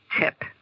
tip